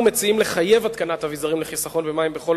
אנחנו מציעים לחייב התקנת אביזרים לחיסכון במים בכל